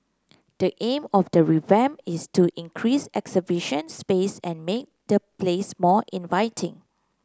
the aim of the revamp is to increase exhibition space and make the place more inviting